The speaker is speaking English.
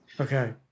Okay